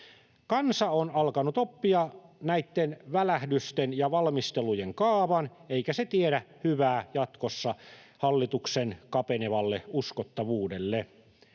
Kansa on alkanut oppia näitten välähdysten ja valmistelujen kaavan, eikä se tiedä hyvää jatkossa hallituksen kapenevalle uskottavuudelle.